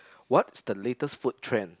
what's the latest food trend